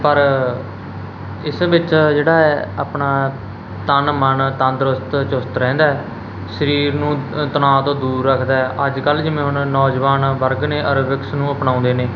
ਪਰ ਇਸ ਵਿੱਚ ਜਿਹੜਾ ਹੈ ਆਪਣਾ ਤਨ ਮਨ ਤੰਦਰੁਸਤ ਚੁਸਤ ਰਹਿੰਦਾ ਸਰੀਰ ਨੂੰ ਅ ਤਣਾਅ ਤੋਂ ਦੂਰ ਰੱਖਦਾ ਅੱਜ ਕੱਲ੍ਹ ਜਿਵੇਂ ਹੁਣ ਨੌਜਵਾਨ ਵਰਗ ਨੇ ਐਰੋਬਿਕਸ ਨੂੰ ਅਪਣਾਉਂਦੇ ਨੇ